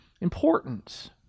important